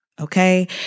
okay